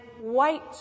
white